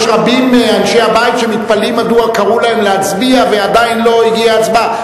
רבים מאנשי הבית מתפלאים מדוע קראו להם להצביע ועדיין לא הגיעה ההצבעה.